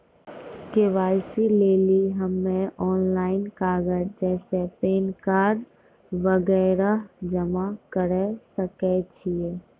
KYC लेली हम्मय online कागज जैसे पैन कार्ड वगैरह जमा करें सके छियै?